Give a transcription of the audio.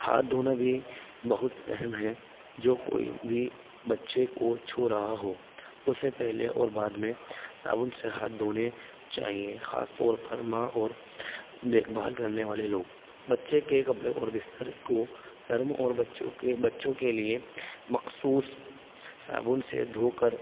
ہاتھ دھونا بھی بہت اہم ہے جو کوئی بھی بچے کو چھو رہا ہو اسے پہلے اور بعد میں صابن سے ہاتھ دھونے چاہئیے خاص طور پر ماں اور دیکھ بھال کرنے والے لوگ بچے کے کپڑے اور بستر کو نرم اور بچوں کے بچوں کے لیے مخصوص صابن سے دھو کر